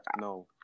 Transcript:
No